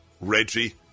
Reggie